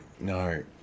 no